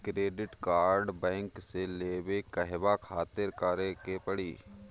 Credit card bank से लेवे कहवा खातिर का करे के पड़ी?